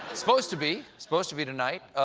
supposed to be supposed to be tonight.